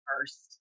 first